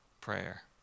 prayer